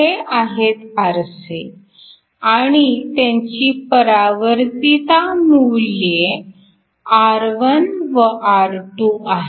हे आहेत आरसे आणि त्यांची परावर्तिता मूल्ये R1 व R2 आहेत